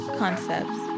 concepts